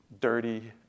dirty